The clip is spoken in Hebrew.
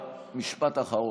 יש לך משפט אחרון,